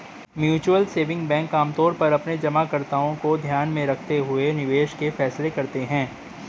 mutual saving bank आमतौर पर अपने जमाकर्ताओं को ध्यान में रखते हुए निवेश के फैसले करते हैं